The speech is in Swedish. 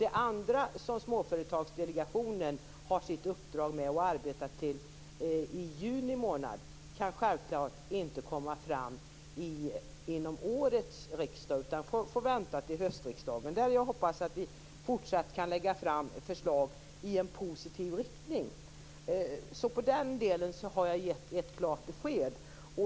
Det andra som småföretagsdelegationen har uppdrag att göra och arbetar med fram till juni månad kan självklart inte komma fram till årets riksdag utan får vänta till höstriksdagen. Jag hoppas att vi där fortsatt kan lägga fram förslag i en positiv riktning. I den delen har jag gett ett klart besked.